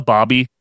Bobby